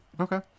Okay